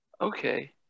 Okay